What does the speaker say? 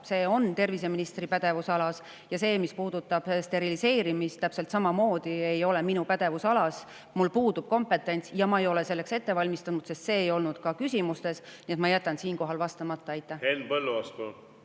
see on terviseministri pädevusalas. [Teiseks], see, mis puudutab steriliseerimist, täpselt samamoodi ei ole minu pädevusalas. Mul puudub kompetents ja ma ei ole selleks ette valmistunud, sest et see [teema] ei olnud ka küsimustes, nii et ma jätan siinkohal vastamata. Aitäh küsimuse